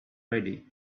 ready